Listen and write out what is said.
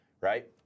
right